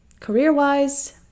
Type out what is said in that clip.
career-wise